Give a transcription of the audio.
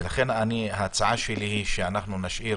לכן ההצעה שלי, שנשאיר